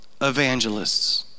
evangelists